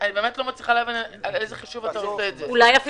אני באמת לא מצליחה להבין על איזה חישוב אתה עושה את זה.